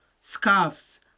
scarves